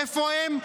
איפה הם?